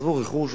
עזבו רכוש,